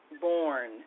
born